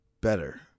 better